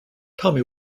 tommy